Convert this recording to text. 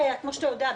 הרי כמו שאתה יודע,